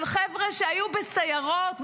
של חבר'ה שהיו בסיירות,